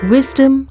Wisdom